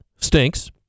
Stinks